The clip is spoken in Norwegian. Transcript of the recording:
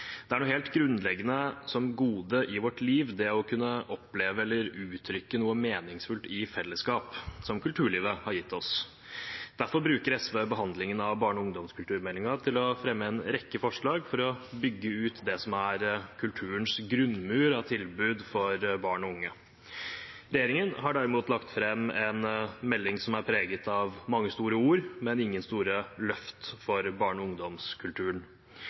Det å kunne oppleve eller uttrykke noe meningsfullt i fellesskap er noe helt grunnleggende, et gode i vårt liv, noe som kulturlivet har gitt oss. Derfor bruker SV behandlingen av barne- og ungdomskulturmeldingen til å fremme en rekke forslag for å bygge ut det som er kulturens grunnmur av tilbud for barn og unge. Regjeringen har derimot lagt fram en melding som er preget av mange store ord, men ingen store løft for barne- og ungdomskulturen.